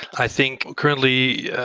i think currently,